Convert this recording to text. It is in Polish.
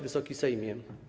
Wysoki Sejmie!